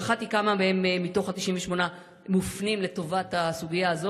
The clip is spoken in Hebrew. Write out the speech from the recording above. כמה מתוך ה-98 מופנים לטובת הסוגיה הזאת?